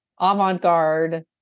avant-garde